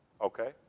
Okay